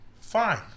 fine